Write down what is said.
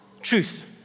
truth